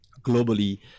globally